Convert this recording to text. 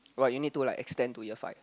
but you need to like extend to year five